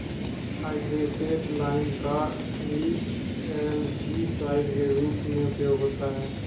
hydrated lime का भी algicide के रूप में उपयोग होता है